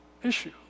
issue